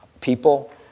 people